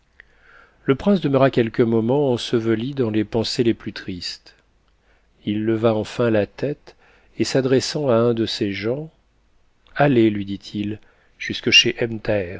le prince demeura quelques moments enseveli dans les pensées les plus tristes il leva enfin la tête et s'adressant à un de ses gens allez lui dit-il jusque chez